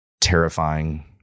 terrifying